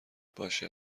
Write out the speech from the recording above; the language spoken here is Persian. باشه